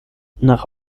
nach